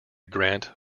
grant